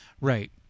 Right